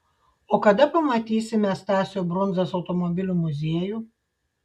o kada pamatysime stasio brundzos automobilių muziejų